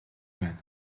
байна